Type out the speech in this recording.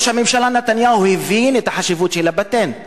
ראש הממשלה נתניהו הבין את החשיבות של הפטנט.